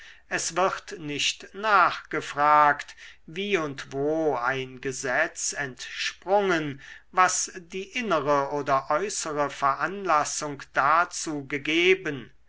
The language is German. es wird nicht nachgefragt wie und wo ein gesetz entsprungen was die innere oder äußere veranlassung dazu gegeben